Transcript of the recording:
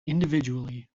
individually